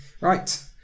Right